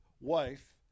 wife